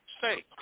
say